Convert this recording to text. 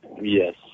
Yes